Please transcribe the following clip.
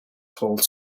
holds